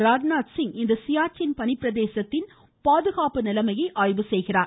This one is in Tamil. ராஜ்நாத்சிங் இன்று சியாச்சின் பனிப்பிரதேசத்தில் பாதுகாப்பு நிலமையை ஆய்வு செய்கிறார்